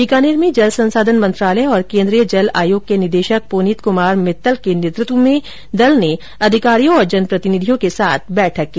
बीकानेर में जल संसाधन मंत्रालय और केन्द्रीय जल आयोग के निदेशक पुनीत कुमार मित्तल के नेतृत्व में दल ने अधिकारियों और जनप्रतिनिधियों के साथ बैठक की